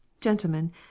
gentlemen